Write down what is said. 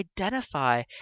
identify